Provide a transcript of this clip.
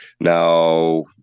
Now